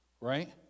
right